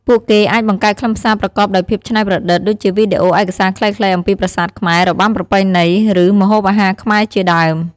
ពួកគេអាចបង្កើតខ្លឹមសារប្រកបដោយភាពច្នៃប្រឌិត ដូចជាវីដេអូឯកសារខ្លីៗអំពីប្រាសាទខ្មែរ របាំប្រពៃណី ឬម្ហូបអាហារខ្មែរជាដើម។